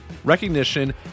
Recognition